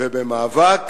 ומאבק